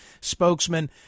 spokesman